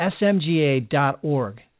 smga.org